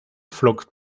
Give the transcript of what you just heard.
flockt